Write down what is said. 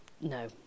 no